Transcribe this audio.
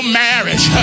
marriage